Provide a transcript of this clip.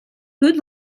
good